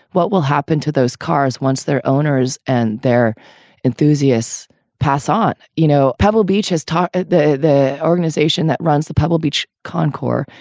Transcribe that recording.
what will happen to those cars once their owners and their enthusiasts pass on? you know, pebble beach has taught the the organization that runs the pebble beach concours,